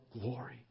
glory